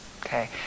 okay